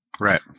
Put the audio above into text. right